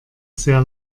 sehr